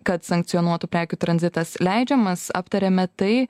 kad sankcionuotų prekių tranzitas leidžiamas aptarėme tai